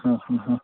ಹಾಂ ಹಾಂ ಹಾಂ